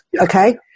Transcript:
Okay